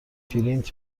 پرینت